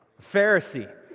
Pharisee